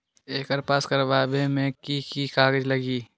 एकर पास करवावे मे की की कागज लगी?